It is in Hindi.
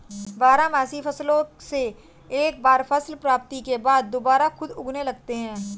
बारहमासी फसलों से एक बार फसल प्राप्ति के बाद दुबारा खुद उगने लगते हैं